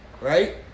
Right